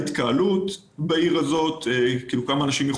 מה מידת ההתקהלות בעיר וכו'.